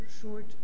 short